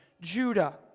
Judah